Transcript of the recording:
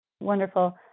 Wonderful